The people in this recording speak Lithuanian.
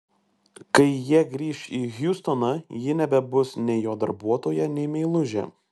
kai jie grįš į hjustoną ji nebebus nei jo darbuotoja nei meilužė